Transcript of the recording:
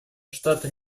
штаты